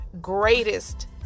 greatest